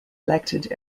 elected